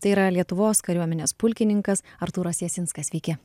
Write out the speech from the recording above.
tai yra lietuvos kariuomenės pulkininkas artūras jasinskas sveiki